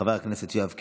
חבר הכנסת יואב קיש.